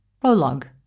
Prologue